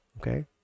okay